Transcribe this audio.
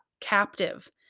captive